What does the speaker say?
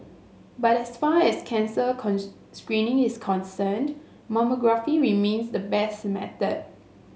but as far as cancer screening is concerned mammography remains the best method